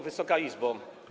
Wysoka Izbo!